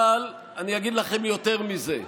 אבל אני אגיד לכם יותר מזה: